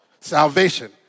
Salvation